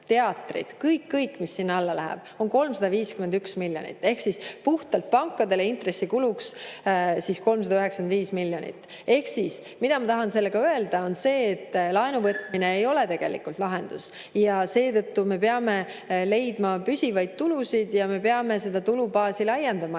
teatrid, kõik-kõik, mis sinna alla läheb – on 351 miljonit. Ehk [me maksame] pankadele puhtalt intressikulu 395 miljonit. Ehk siis ma tahan sellega öelda, et laenuvõtmine ei ole tegelikult lahendus ja seetõttu me peame leidma püsivaid tulusid ja me peame tulubaasi laiendama,